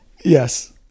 yes